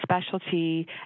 specialty